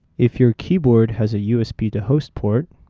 if your keyboard has a usb to host port,